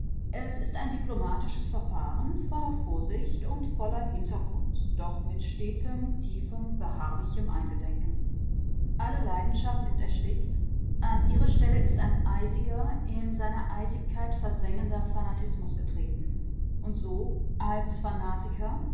es ist ein diplomatisches verfahren voller vorsicht und voller hintergrund doch mit stetem tiefem beharrlichem eingedenken alle leidenschaft ist erstickt an ihre stelle ist ein eisiger in seiner eisigkeit versengender fanatismus getreten und so als fanatiker